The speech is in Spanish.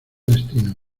destino